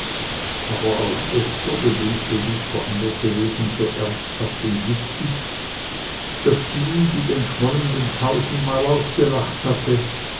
aber auch estherchen bedünkte dieses veränderte wesen so ernsthaft und wichtig daß sie die den schmollenden tausendmal ausgelacht hatte